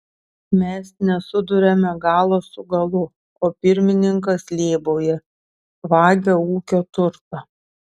mes nesuduriame galo su galu o pirmininkas lėbauja vagia ūkio turtą